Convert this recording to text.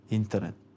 internet